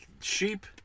Sheep